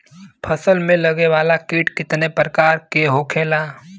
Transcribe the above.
फसल में लगे वाला कीट कितने प्रकार के होखेला?